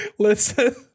listen